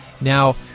now